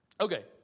Okay